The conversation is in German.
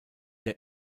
der